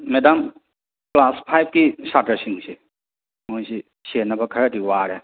madam class ꯐꯥꯏꯕꯀꯤ ꯁꯥꯇ꯭ꯔꯁꯤꯡꯁꯦ ꯃꯣꯏꯁꯤ ꯁꯦꯟꯅꯕ ꯈꯔꯗꯤ ꯋꯥꯔꯦ